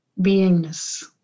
beingness